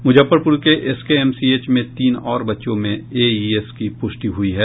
मुजफ्फरपुर के एसकेएमसीएच में तीन और बच्चों में एईएस की पुष्टि हुई है